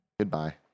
Goodbye